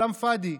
כלאם פאדי.